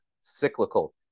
cyclical